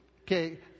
Okay